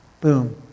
Boom